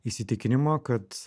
įsitikinimą kad